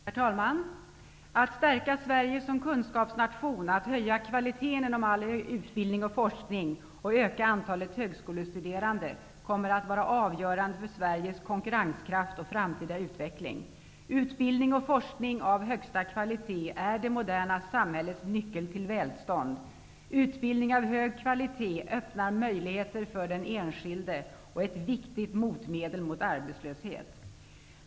Herr talman! Att stärka Sverige som kunskapsnation, att höja kvaliteten inom all utbildning och forskning och att öka antalet högskolestuderande kommer att vara avgörande för Sveriges konkurrenskraft och framtida utveckling. Utbildning och forskning av högsta kvalitet är det moderna samhällets nyckel till välstånd. Utbildning av hög kvalitet öppnar möjligheter för den enskilde och är ett viktigt motmedel mot arbetslöshet.